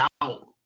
out